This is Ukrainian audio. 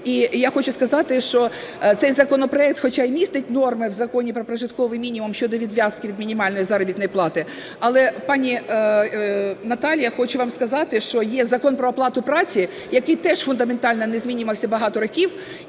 І я хочу сказати, що цей законопроект, хоча і містить норми в Законі про прожитковий мінімум щодо відв'язки від мінімальної заробітної плати, але, пані Наталія, я хочу вам сказати, що є Закон "Про оплату праці", який теж фундаментально не змінювався багато років.